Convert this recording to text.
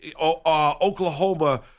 Oklahoma